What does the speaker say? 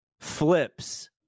flips